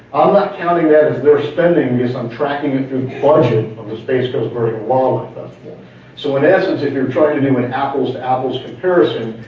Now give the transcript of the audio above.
i'm not counting that as they're spending this, i'm tracking ah budget of the space coast burning um so in essence if you're trying to do but an apples to apples comparison,